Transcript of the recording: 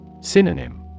Synonym